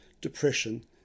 depression